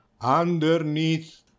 underneath